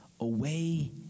away